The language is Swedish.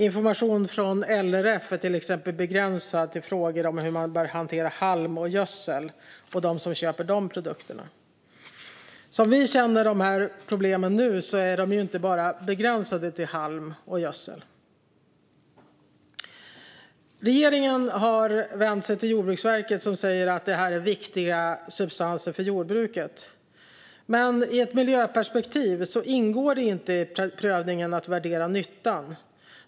Information från LRF är till exempel begränsad till hur man bör hantera halm och gödsel och dem som köper de produkterna. Som vi känner dessa problem nu är de inte begränsade till bara halm och gödsel. Regeringen har vänt sig till Jordbruksverket, som säger att detta är viktiga substanser för jordbruket. Men i ett miljöperspektiv ingår det inte i prövningen att värdera nyttan.